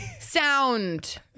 Sound